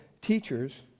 teachers